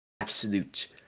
absolute